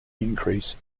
increase